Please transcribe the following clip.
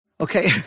Okay